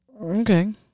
Okay